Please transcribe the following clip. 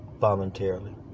voluntarily